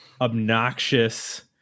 obnoxious